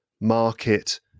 market